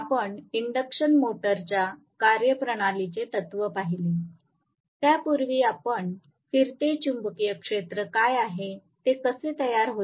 आपण इंडक्शन मोटरच्या कार्यप्रणालीचे तत्त्व पाहिले त्यापूर्वी आपण फिरते चुंबकीय क्षेत्र काय आहे ते कसे तयार होते